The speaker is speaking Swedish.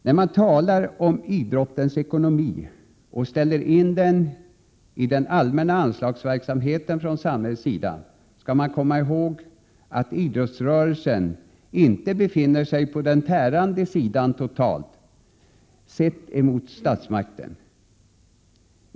När man talar om idrottens ekonomi och ställer in den i sammanhang med den allmänna anslagsverksamheten från samhällets sida, skall man komma ihåg att idrottsrörelsen inte befinner sig på den tärande sidan totalt sett gentemot statsmakten.